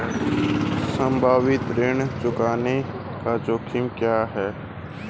संभावित ऋण चुकौती जोखिम क्या हैं?